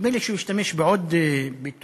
ונדמה לי שהוא השתמש בעוד ביטוי.